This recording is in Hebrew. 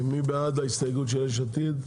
מי בעד ההסתייגות של יש עתיד?